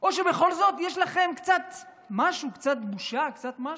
או שבכל זאת יש לכם קצת משהו, קצת בושה, קצת משהו.